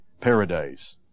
paradise